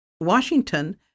Washington